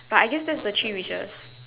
but I guess that's the three wishes